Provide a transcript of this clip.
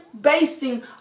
basing